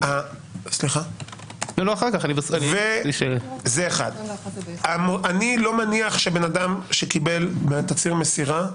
אני לא מניח שאדם שקיבל תצהיר מסירה,